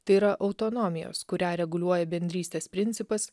tai yra autonomijos kurią reguliuoja bendrystės principas